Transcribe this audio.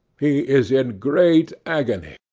he is in great agony,